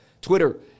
Twitter